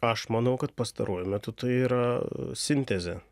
aš manau kad pastaruoju metu tai yra sintezė